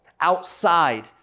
outside